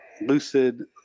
Lucid